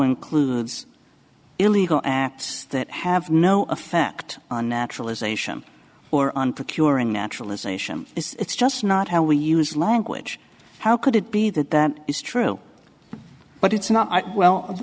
includes illegal acts that have no effect on naturalization or on procuring naturalization it's just not how we use language how could it be that that is true but it's not well